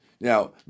Now